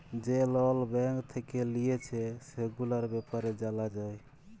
যে লল ব্যাঙ্ক থেক্যে লিয়েছে, সেগুলার ব্যাপারে জালা যায়